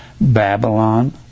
Babylon